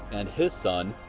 and his son,